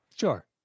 Sure